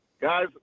Guys